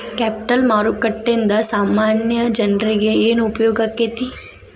Capital ಮಾರುಕಟ್ಟೇಂದಾ ಸಾಮಾನ್ಯ ಜನ್ರೇಗೆ ಏನ್ ಉಪ್ಯೊಗಾಕ್ಕೇತಿ?